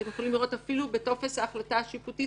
אתם יכולים לראות אפילו בטופס ההחלטה השיפוטית,